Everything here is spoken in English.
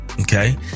Okay